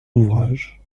ouvrage